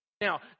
Now